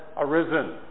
arisen